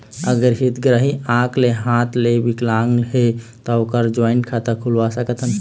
अगर हितग्राही आंख ले हाथ ले विकलांग हे ता ओकर जॉइंट खाता खुलवा सकथन?